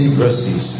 verses